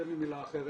אין לי מילה אחרת,